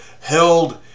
held